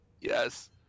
Yes